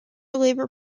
labor